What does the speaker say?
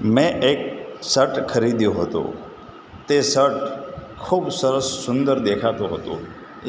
મેં એક સર્ટ ખરીદ્યું હતું તે સર્ટ ખૂબ સરસ સુંદર દેખાતું હતું